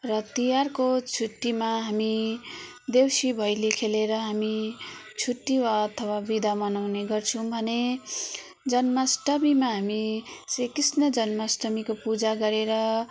र तिहारको छुट्टीमा हामी देउसी भैलो खेलेर हामी छुट्टी वा अथवा बिदा मनाउने गर्छौँ भने जन्म अष्टमीमा हामी श्रीकृष्ण जन्म अष्टमीको पूजा गरेर